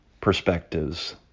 perspectives